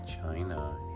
China